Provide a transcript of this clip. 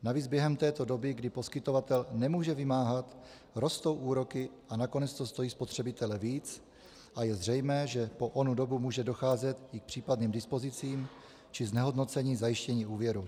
Navíc během této doby, kdy poskytovatel nemůže vymáhat, rostou úroky a nakonec to stojí spotřebitele víc a je zřejmé, že po onu dobu může docházet i k případným dispozicím či znehodnocení zajištění úvěru.